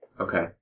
Okay